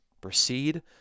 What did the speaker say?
Proceed